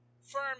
firm